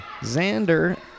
Xander